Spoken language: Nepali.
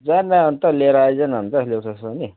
जान अन्त लिएर आइज न त ल्याउँछस् भने